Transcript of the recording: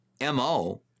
MO